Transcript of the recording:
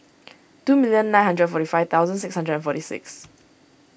two million nine hundred forty five thousand six hundred and forty six